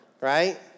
right